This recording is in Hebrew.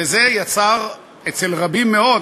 וזה יצר אצל רבים מאוד,